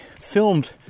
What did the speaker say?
filmed